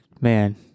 man